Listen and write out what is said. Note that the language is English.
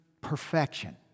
perfection